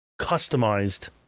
customized